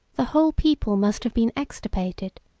the whole people must have been extirpated,